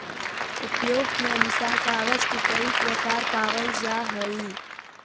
उपयोग के अनुसार कागज के कई प्रकार पावल जा हई